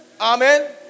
Amen